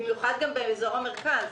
במיוחד באזור המרכז.